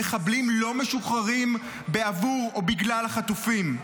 המחבלים לא משוחררים בעבור או בגלל החטופים.